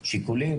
שיקולים,